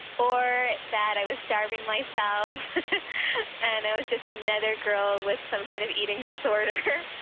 or that i was starving myself and i was just another girl with some kind of eating disorder.